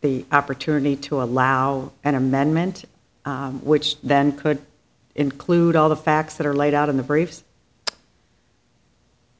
the opportunity to allow an amendment which then could include all the facts that are laid out in the briefs